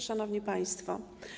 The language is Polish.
Szanowni Państwo!